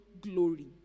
glory